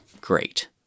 Great